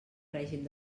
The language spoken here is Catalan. règim